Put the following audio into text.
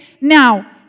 Now